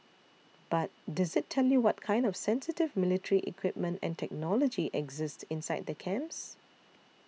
but does it tell you what kind of sensitive military equipment and technology exist inside the camps